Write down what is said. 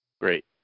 Great